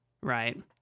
right